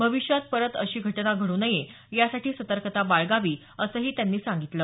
भविष्यात परत अशी घटना घडू नये यासाठी सतर्कता बाळगावी असंही त्यांनी सांगितलं